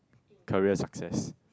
career success